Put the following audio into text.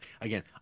Again